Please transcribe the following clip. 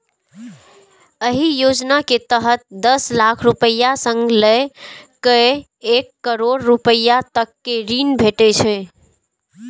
एहि योजना के तहत दस लाख रुपैया सं लए कए एक करोड़ रुपैया तक के ऋण भेटै छै